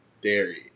dairy